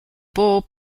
bull